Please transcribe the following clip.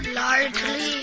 largely